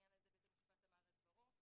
שבעניין הזה בית המשפט אמר את דברו.